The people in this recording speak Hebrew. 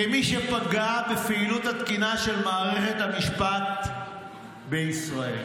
כמי שפגע בפעילות התקינה של מערכת המשפט בישראל,